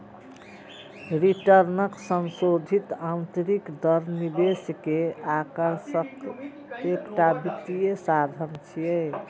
रिटर्नक संशोधित आंतरिक दर निवेश के आकर्षणक एकटा वित्तीय साधन छियै